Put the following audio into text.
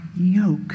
yoke